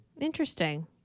Interesting